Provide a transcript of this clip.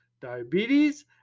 diabetes